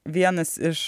vienas iš